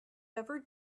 ever